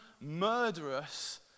murderous